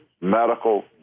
medical